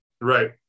Right